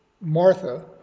Martha